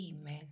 amen